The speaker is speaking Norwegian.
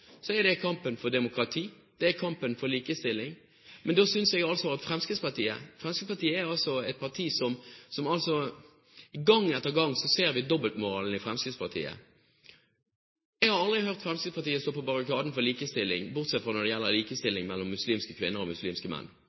er det kampen for demokrati og det er kampen for likestilling. Fremskrittspartiet er et parti der vi gang etter gang ser dobbeltmoralen. Jeg har aldri hørt Fremskrittspartiet stå på barrikadene for likestilling, bortsett fra når det gjelder likestilling mellom muslimske kvinner og muslimske menn.